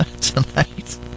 tonight